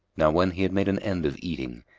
now when he had made an end of eating,